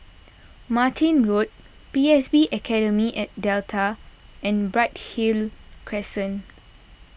Martin Road P S B Academy at Delta and Bright Hill Crescent